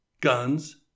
guns